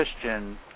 Christian